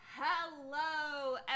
Hello